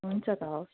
हुन्छ त हवस्